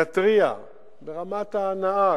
נתריע ברמת הנהג,